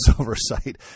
oversight